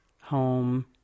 home